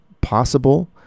possible